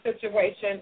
situation